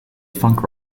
funk